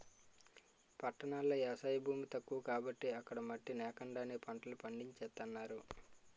పట్టణాల్లో ఎవసాయ భూమి తక్కువ కాబట్టి అక్కడ మట్టి నేకండానే పంటలు పండించేత్తన్నారు